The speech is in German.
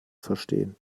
verstehen